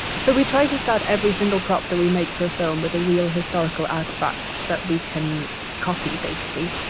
so we try to start every single prop that we make for a film with a real historical artifact that we can copy, basically.